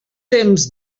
temps